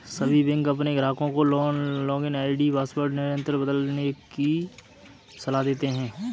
सभी बैंक अपने ग्राहकों को लॉगिन आई.डी पासवर्ड निरंतर बदलने की सलाह देते हैं